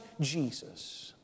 Jesus